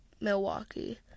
Milwaukee